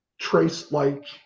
trace-like